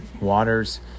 waters